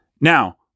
Now